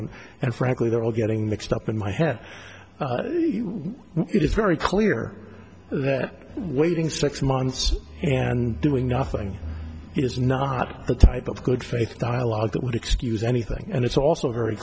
end and frankly they're all getting mixed up in my head it is very clear that waiting six months and doing nothing is not the type of good faith dialogue that would excuse anything and it's also very